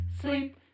sleep